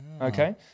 Okay